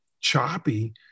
choppy